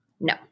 No